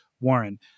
Warren